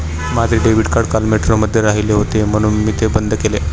माझे debit card काल मेट्रोमध्ये राहिले होते म्हणून मी ते बंद केले